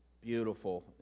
Beautiful